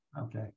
okay